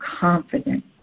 confident